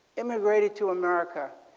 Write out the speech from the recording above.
immigrated to america.